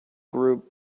group